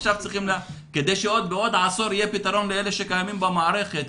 כדי שבעוד עשור יהיה פתרון לאלה שקיימים במערכת.